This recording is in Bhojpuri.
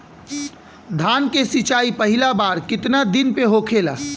धान के सिचाई पहिला बार कितना दिन पे होखेला?